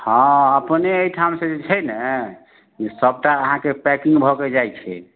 हँ अपने एहिठाम से जे छै ने ई सबटा अहाँके पैकिङ्ग भऽ कऽ जाइ छै